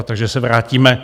Takže se vrátíme.